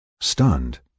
Stunned